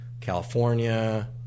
California